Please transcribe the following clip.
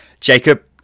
Jacob